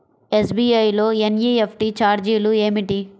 SBI లో NEFT ఛార్జీలు ఏమిటి?